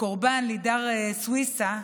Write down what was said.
הקורבן, לידר סויסה,